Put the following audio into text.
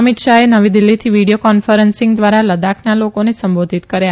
અમિત શાહે નવી દીલ્હીથી વીડીયો કોન્ફરન્સીંગ ધ્વારા લદાખના લોકોને સંબોધિત કર્યા